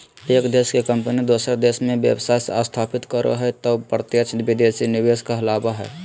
एक देश के कम्पनी दोसर देश मे व्यवसाय स्थापित करो हय तौ प्रत्यक्ष विदेशी निवेश कहलावय हय